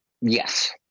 yes